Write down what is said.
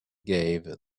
gave